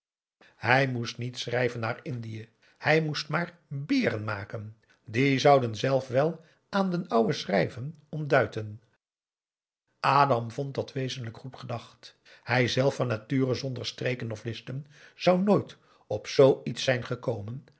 hij moest niet schrijven naar indië hij moest maar beren maken die zouden zelf wel aan de n ouwe schrijven om duiten adam vond dat wezenlijk goed gedacht hijzelf van nature zonder streken of listen zou nooit op zoo iets zijn gekomen